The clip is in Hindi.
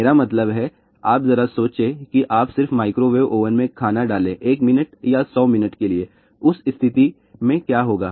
मेरा मतलब है आप जरा सोचें कि आप सिर्फ माइक्रोवेव ओवन में खाना डालें 1 मिनट या 100 मिनट के लिए उस स्थिति में क्या होगा